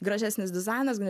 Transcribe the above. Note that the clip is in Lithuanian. gražesnis dizainas